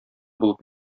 булып